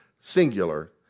singular